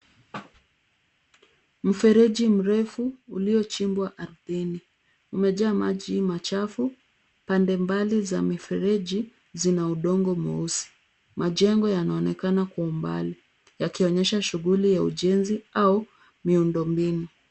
Mfereji mrefu uliochimbwa ardhini umejaa maji machafu. Pande mbali za mifereji zina udongo mweusi. Majengo yanaonekana kwa umbali yakionyesha shughuli ya ujenzi au miundombinu.